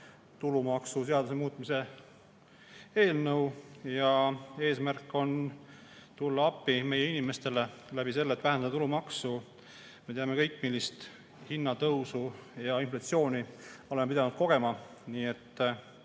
tulumaksuseaduse muutmise eelnõu. Eesmärk on tulla appi meie inimestele läbi selle, et vähendada tulumaksu. Me teame kõik, millist hinnatõusu ja inflatsiooni me oleme pidanud kogema. Nii et